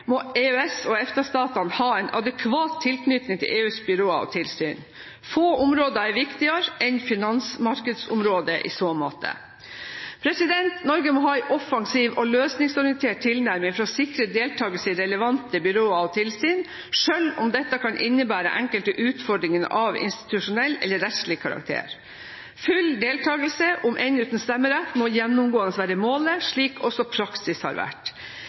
må EØS/EFTA-statene ha en adekvat tilknytning til EUs byråer og tilsyn. Få områder er viktigere enn finansmarkedsområdet i så måte. Norge må ha en offensiv og løsningsorientert tilnærming for å sikre deltakelse i relevante byråer og tilsyn, selv om dette kan innebære enkelte utfordringer av institusjonell eller rettslig karakter. Full deltakelse, om enn uten stemmerett, må gjennomgående være målet, slik også praksis har vært.